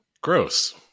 Gross